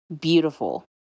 beautiful